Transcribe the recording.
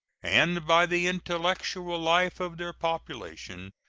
and by the intellectual life of their population,